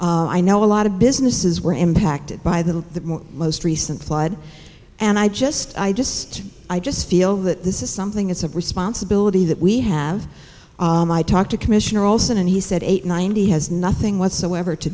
i know a lot of businesses were impacted by the most recent flood and i just i just i just feel that this is something it's a responsibility that we have talked to commissioner olson and he said eight ninety has nothing whatsoever to